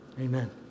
Amen